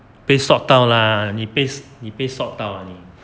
被 sot 到啦你你被 sot 到啊你